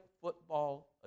football